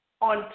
on